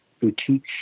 boutique